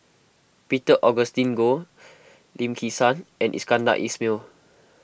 Peter Augustine Goh Lim Kim San and Iskandar Ismail